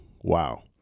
wow